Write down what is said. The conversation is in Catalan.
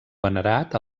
venerat